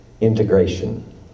integration